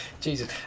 Jesus